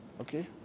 Okay